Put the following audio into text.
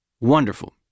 wonderful